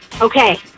Okay